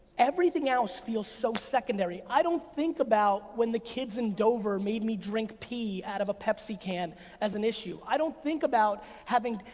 everything else feels so secondary. i don't think about when the kids in dover made me drink pee out of a pepsi can as an issue. i don't think about having,